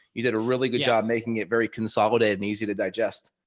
you did a really good job making it very consolidate and easy to digest.